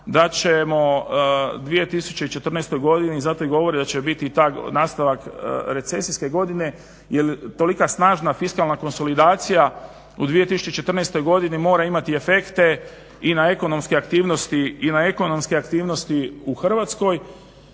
da ćemo u 2014. godini, zato i govori da će biti i ta, nastavak recesijske godine jer tolika snažna fiskalna konsolidacija u 2014. godini mora imati efekte i na ekonomske aktivnosti, i na